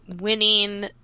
winning